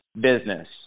business